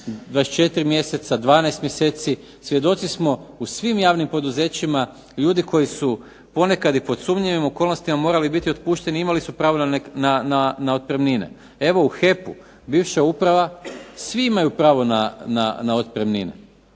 24 mjeseca, 12 mjeseci. Svjedoci smo u svim javnim poduzećima, ljudi koji su ponekad i pod sumnjivim okolnostima morali biti otpušteni imali su pravo na otpremnine. Evo u HEP-u bivša uprava, svi imaju pravo na otpremninu